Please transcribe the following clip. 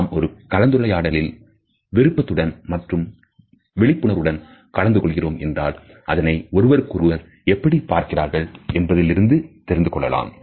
நாம் ஒரு கலந்துரையாடலில் விருப்பத்துடன் மற்றும் விழிப்புணர்வுடன் கலந்துகொள்கிறோம் என்றால் அதனை ஒருவருக்கு ஒருவர் எப்படி பார்க்கிறார்கள் என்பதிலிருந்து தெரிந்து கொள்ளலாம்